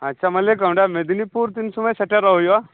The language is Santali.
ᱟᱪᱪᱷᱟ ᱢᱟᱹᱞᱤᱠ ᱚᱸᱰᱮ ᱢᱮᱫᱽᱱᱤᱯᱩᱨ ᱛᱤᱱ ᱥᱚᱢᱚᱭ ᱥᱮᱴᱮᱨᱚᱜ ᱦᱩᱭᱩᱜᱼᱟ